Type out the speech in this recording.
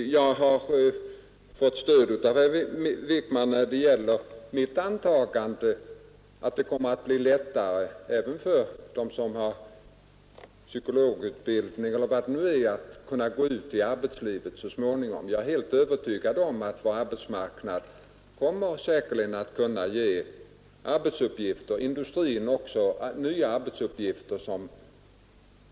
Jag har fått stöd av herr Wijkman när det gäller mitt antagande, att det kommer att bli lättare än nu även för dem som har psykologutbildning att gå ut i arbetslivet så småningom. Jag är helt övertygad om att vår arbetsmarknad kommer att erbjuda dem nya arbetsuppgifter.